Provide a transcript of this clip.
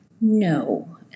No